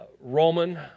Roman